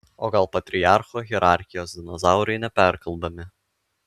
o gal patriarcho hierarchijos dinozaurai neperkalbami